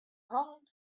hannen